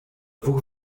dwóch